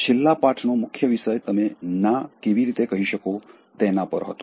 છેલ્લા પાઠનો મુખ્ય વિષય તમે ના કેવી રીતે કહી શકો તેના પર હતો